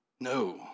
no